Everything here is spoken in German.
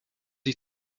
ich